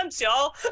y'all